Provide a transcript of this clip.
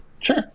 sure